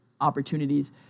opportunities